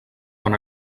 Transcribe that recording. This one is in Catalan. quan